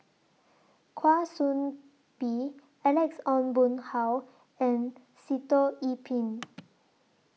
Kwa Soon Bee Alex Ong Boon Hau and Sitoh Yih Pin